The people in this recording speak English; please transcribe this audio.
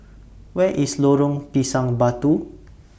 Where IS Lorong Pisang Batu